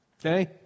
okay